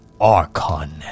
Archon